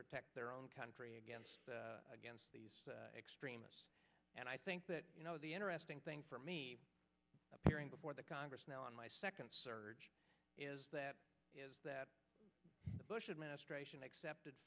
protect their own country against against these extremists and i think that you know the interesting thing for me appearing before the congress now on my second surge is that is that the bush administration accepted